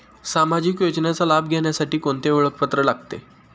सामाजिक योजनेचा लाभ घेण्यासाठी कोणते ओळखपत्र लागते?